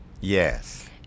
Yes